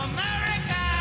America